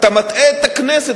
אתה מטעה את הכנסת,